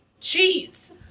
Cheese